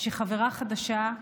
שחברה חדשה,